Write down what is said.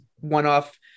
one-off